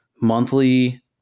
monthly